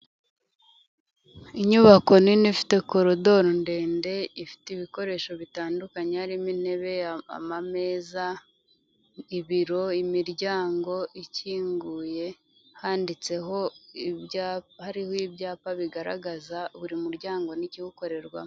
Inyubako nini ifite korodoro ndende, ifite ibikoresho bitandukanye harimo intebe, amameza, ibiro, imiryango ikinguye, handitseho Ibyapa, hariho ibyapa bigaragaza buri muryango n'ikiwukorerwamo.